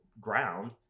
ground